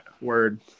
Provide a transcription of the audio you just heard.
Word